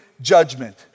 judgment